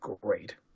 great